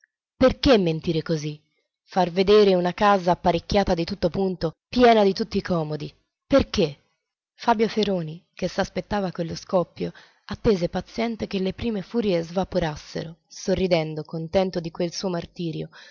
perché mentire così far vedere una casa apparecchiata di tutto punto piena di tutti i comodi perché fabio feroni che s'aspettava quello scoppio attese paziente che le prime furie svaporassero sorridendo contento di quel suo martirio